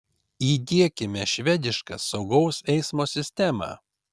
įdiekime švedišką saugaus eismo sistemą